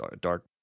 dark